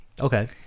Okay